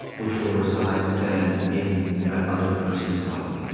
which will reside then in that other person's body